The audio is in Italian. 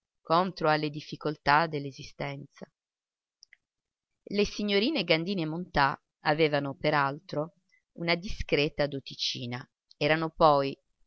contro alle difficoltà dell'esistenza le signorine gandini e montà avevano per altro una discreta doticina erano poi